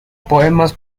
poemas